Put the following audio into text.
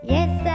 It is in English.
Yes